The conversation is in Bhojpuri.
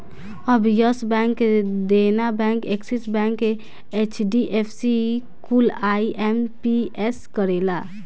अब Yes bank, Dena bank, Axis bank, HDFC कुल आई.एम.पी.एस करेला